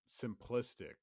simplistic